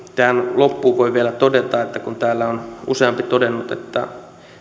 tähän loppuun voin vielä todeta että kun täällä on useampi todennut että